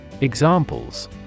Examples